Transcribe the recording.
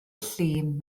llun